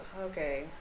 okay